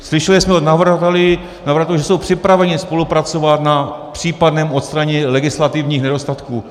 Slyšeli jsme od navrhovatelů, že jsou připraveni spolupracovat na případném odstranění legislativních nedostatků.